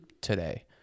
today